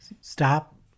Stop